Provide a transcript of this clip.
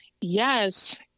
yes